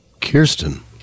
Kirsten